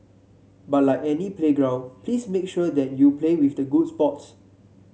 but like any playground please make sure that you play with the good sports